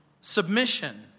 submission